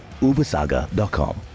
ubersaga.com